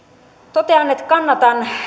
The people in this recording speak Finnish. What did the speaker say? totean että kannatan